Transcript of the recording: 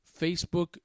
Facebook